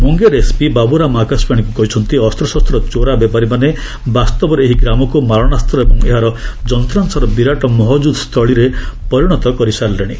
Munger SP Baburam ଆକାଶବାଣୀକୁ କହିଛନ୍ତି ଅସ୍ତ୍ରଶସ୍ତ ଚୋରା ବେପାରୀମାନେ ବାସ୍ତବରେ ଏହି ଗ୍ରାମକୁ ମାରଣାସ୍ତ ଏବଂ ଏହାର ଯନ୍ତ୍ରାଂଶର ବିରାଟ ମହଜୁଦ ସ୍ଥଳୀରେ ପରିଣତ କରି ସାରିଲେଣି